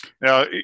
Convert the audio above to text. Now